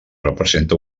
representa